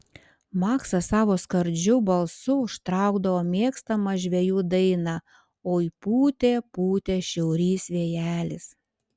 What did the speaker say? maksas savo skardžiu balsu užtraukdavo mėgstamą žvejų dainą oi pūtė pūtė šiaurys vėjelis